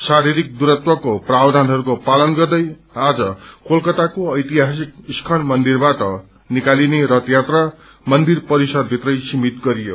शारीरिक दूरत्वको प्रावधानहरूको पालन गर्दै आज कलकताको ऐतिहासिक इस्कन मन्दिरबाट निकालिने रथ यात्रा मन्दिर परिसरभित्रै सीमित गरियो